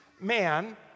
man